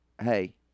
hey